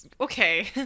Okay